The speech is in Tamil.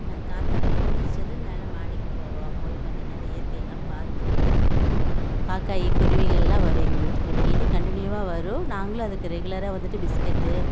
நான் காத்தால எழுந்திரச்சதும் மேலே மாடிக்கு போவோம் போய் கொஞ்ச நேரம் இயற்கையெல்லாம் பார்த்துட்டு காக்காயி குருவிகள் எல்லாம் வரும் எங்கள் வீட்டுக்கு டெய்லி கன்ட்டினியூவாக வரும் நாங்களும் அதுக்கு ரெகுலராக வந்துவிட்டு பிஸ்கெட்டு